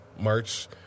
March